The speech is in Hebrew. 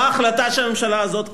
מה ההחלטה שהממשלה הזאת קיבלה?